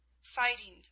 fighting